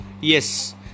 yes